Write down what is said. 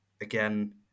again